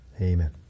Amen